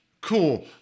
cool